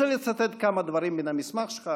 אני רוצה לצטט כמה דברים מן המסמך שלך,